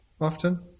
often